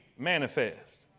Manifest